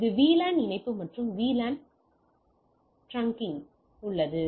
இது VLAN இணைப்பு மற்றும் VLAN டிரங்கிங் உள்ளது